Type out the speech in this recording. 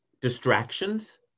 distractions